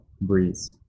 breeze